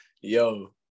Yo